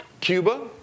Cuba